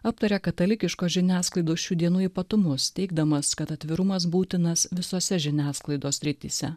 aptaria katalikiškos žiniasklaidos šių dienų ypatumus teigdamas kad atvirumas būtinas visose žiniasklaidos srityse